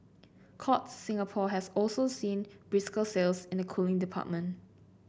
Courts Singapore has also seen brisker sales in the cooling department